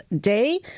Day